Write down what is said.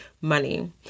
money